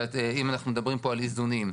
אם אנחנו מדברים פה על איזונים,